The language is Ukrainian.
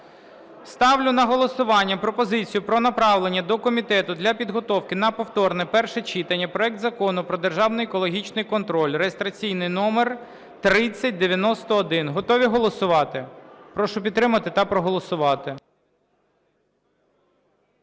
Ставлю на голосування пропозицію про направлення до комітету для підготовки на повторне перше читання проект Закону про державний екологічний контроль (реєстраційний номер 3091). Готові голосувати? Прошу підтримати та проголосувати.